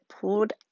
pulled